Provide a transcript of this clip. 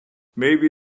maybe